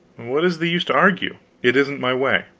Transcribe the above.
what is the use to argue? it isn't my way.